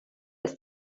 ist